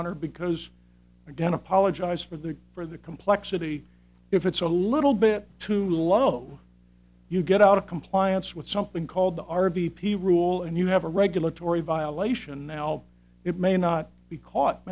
honor because again apologize for the for the complexity if it's a little bit too low you get out of compliance with something called the r v p rule and you have a regulatory violation now it may not be caught